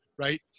right